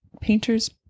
painter's